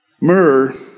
Myrrh